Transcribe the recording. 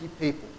people